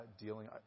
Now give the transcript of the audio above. dealing